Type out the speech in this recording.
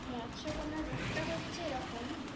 মৎস্যকন্যার রূপটা হচ্ছে এরকম